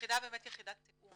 והיחידה היא באמת יחידת תיאום.